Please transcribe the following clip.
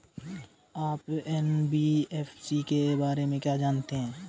आप एन.बी.एफ.सी के बारे में क्या जानते हैं?